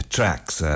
Tracks